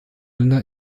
länder